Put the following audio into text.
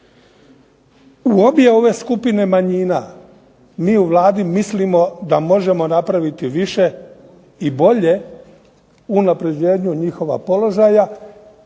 U obje ove skupine manjina mi u Vladi mislimo da možemo napraviti više i bolje u unapređenju njihova položaja